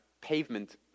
pavement